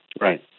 Right